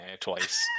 twice